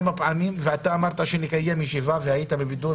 ואתה אמרת שנקיים ישיבה והיית בבידוד,